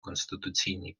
конституційні